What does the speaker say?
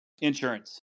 insurance